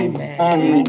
Amen